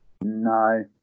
No